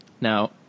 Now